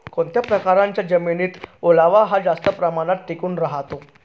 कोणत्या प्रकारच्या जमिनीत ओलावा हा जास्त प्रमाणात टिकून राहतो?